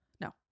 no